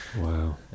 Wow